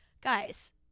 Guys